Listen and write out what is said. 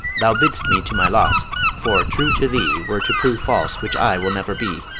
thou bid'st me to my loss for true to thee were to prove false, which i will never be,